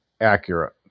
accurate